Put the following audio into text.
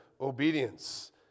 obedience